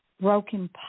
broken